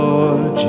Lord